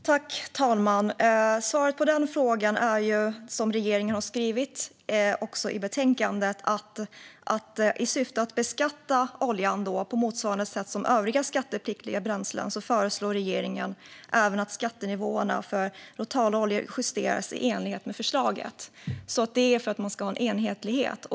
Fru talman! Svaret på den frågan är, som det också står i betänkandet, att i syfte att beskatta oljan på motsvarande sätt som övriga skattepliktiga bränslen föreslår regeringen att skattenivåerna även för råtallolja justeras i enlighet med förslaget. Det är alltså för att man ska ha en enhetlighet.